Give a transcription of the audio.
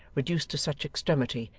reduced to such extremity,